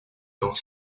dans